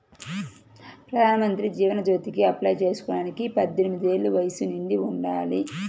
ప్రధానమంత్రి జీవన్ జ్యోతికి అప్లై చేసుకోడానికి పద్దెనిది ఏళ్ళు వయస్సు నిండి ఉండాలి